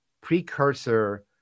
precursor